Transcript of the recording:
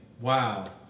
Wow